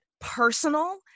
personal